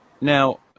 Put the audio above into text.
Now